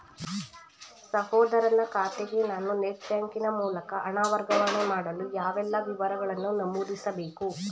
ಸಹೋದರನ ಖಾತೆಗೆ ನಾನು ನೆಟ್ ಬ್ಯಾಂಕಿನ ಮೂಲಕ ಹಣ ವರ್ಗಾವಣೆ ಮಾಡಲು ಯಾವೆಲ್ಲ ವಿವರಗಳನ್ನು ನಮೂದಿಸಬೇಕು?